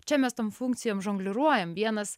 čia mes tom funkcijom žongliruojam vienas